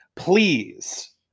Please